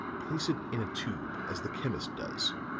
place it in a tube as the chemist does,